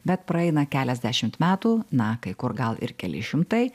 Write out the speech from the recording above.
bet praeina keliasdešimt metų na kai kur gal ir keli šimtai